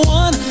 one